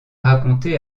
raconté